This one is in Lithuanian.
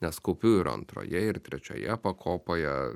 nes kaupiu ir antroje ir trečioje pakopoje